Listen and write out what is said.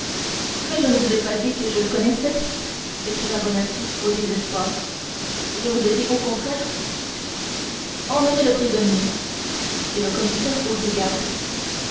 mais je ne vous ai pas dit que je le connaissais s'écria bonacieux au désespoir je vous ai dit au contraire emmenez le prisonnier dit le commissaire aux deux gardes